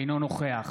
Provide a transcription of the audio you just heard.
אינו נוכח